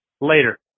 Later